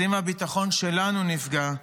אז אם הביטחון שלנו נפגע,